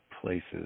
places